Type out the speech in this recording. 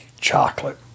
chocolate